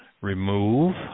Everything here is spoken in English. remove